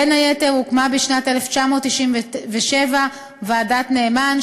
בין היתר הוקמה בשנת 1997 ועדת נאמן,